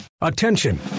Attention